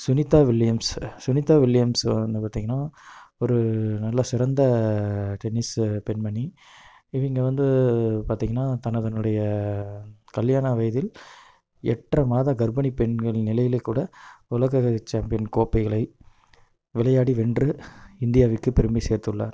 Sunita Williams Sunita Williams ஒன்று பார்த்திங்கனா ஒரு நல்ல சிறந்த டென்னிஸ் பெண்மணி இவங்க வந்து பார்த்திங்கனா தனது கல்யாண வயதில் எட்டரை மாத கற்பிணி பெண்களின் நிலையிலேகூட உலக சாம்பியன் கோப்பைகளை விளையாடி வென்று இந்தியாவிற்குப் பெருமை சேர்த்துள்ளார்